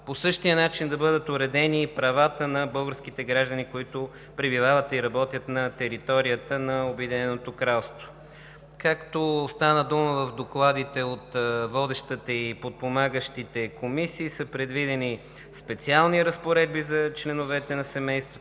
по същия начин да бъдат уредени и правата на българските граждани, които пребивават и работят на територията на Обединеното кралство. Както стана дума в докладите от водещата и подпомагащите комисии, предвидени са специални разпоредби за членовете на семействата